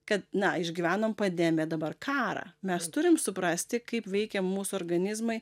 kad na išgyvenom pandemiją dabar karą mes turim suprasti kaip veikia mūsų organizmai